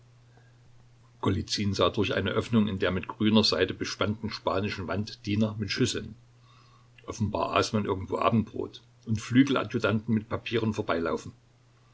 sah durch eine öffnung in der mit grüner seide bespannten spanischen wand diener mit schüsseln offenbar aß man irgendwo abendbrot und flügeladjutanten mit papieren